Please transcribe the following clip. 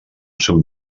seu